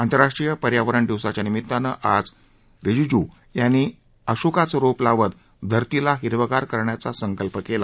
आंतराष्ट्रीय पर्यावरण दिवसाच्या निमित्तानं आज रिजूजू यांनी आज अशोकाचं रोप लावत धरतीला हिरवंगार करण्याचा संकल्प केला